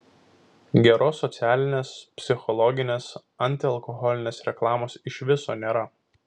geros socialinės psichologinės antialkoholinės reklamos iš viso nėra